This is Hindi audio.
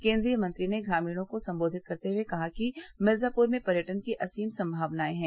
केन्द्रीय मंत्री ने ग्रामीणों को सम्बोधित करते हुए कहा कि मिर्जापुर में पर्यटन की असीम सम्मावनाये हैं